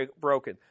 broken